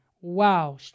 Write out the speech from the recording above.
Wow